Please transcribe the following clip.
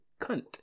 cunt